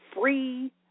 free